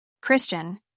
Christian